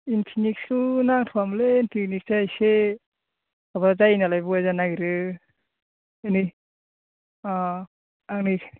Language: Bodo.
इनफिनिक्सखौ नांथ'वामोनलै इनफिनिक्सआ इसे माबा जायो नालाय बया जानो नागिरो बेनो आंनो